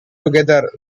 together